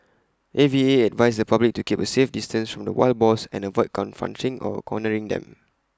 A V A advised the public to keep A safe distance from the wild boars and avoid confronting or cornering them